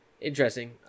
Interesting